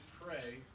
pray